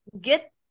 get